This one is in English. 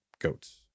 goats